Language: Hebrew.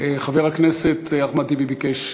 חבר הכנסת אחמד טיבי ביקש,